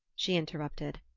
she interrupted.